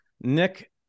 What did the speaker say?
Nick